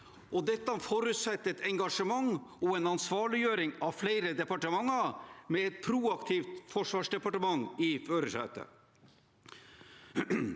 Dette forutsetter et engasjement og en ansvarliggjøring av flere departementer, med et proaktivt forsvarsdepartement i førersetet.